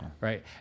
right